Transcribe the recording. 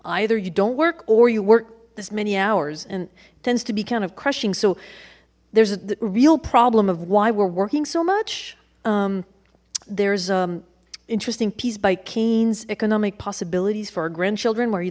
either you don't work or you work as many hours and tends to be kind of crushing so there's a real problem of why we're working so much there's a interesting piece by keynes economic possibilities for our grandchildren where